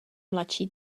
mladší